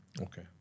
Okay